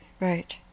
right